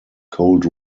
cold